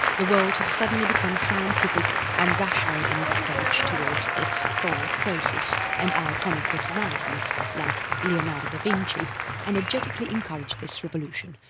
the world had suddenly become scientific and rational in its approach towards its thought process and iconic personalities like leonardo da vinci energetically encouraged this revolution,